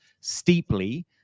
steeply